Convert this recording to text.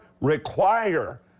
require